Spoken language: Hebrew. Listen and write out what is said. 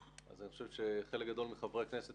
אני חושב שחלק גדול מחברי הכנסת